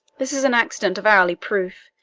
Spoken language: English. this is an accident of hourly proof,